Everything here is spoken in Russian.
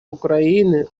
украины